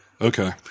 Okay